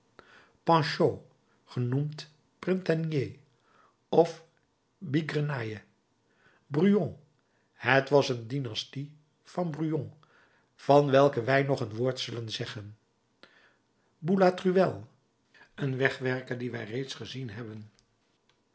panchaud genoemd printanier of ook bigrenaille brujon er was een dynastie van brujon van welke wij nog een woord zullen zeggen boulatruelle een wegwerker dien wij reeds gezien hebben